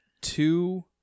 Two